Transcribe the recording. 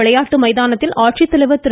விளையாட்டு மைதானத்தில் ஆட்சித்தலைவா் திரு